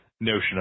notion